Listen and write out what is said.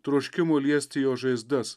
troškimo liesti jo žaizdas